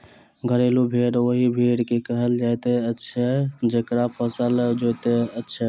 घरेलू भेंड़ ओहि भेंड़ के कहल जाइत छै जकरा पोसल जाइत छै